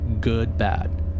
good-bad